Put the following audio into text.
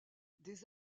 des